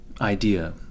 idea